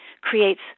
creates